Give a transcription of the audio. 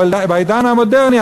בעידן המודרני,